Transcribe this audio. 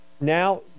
now